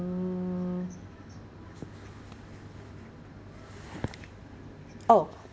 mm oh